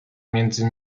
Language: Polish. między